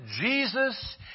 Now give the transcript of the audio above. Jesus